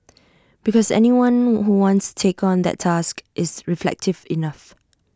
because anyone who wants take on that task is reflective enough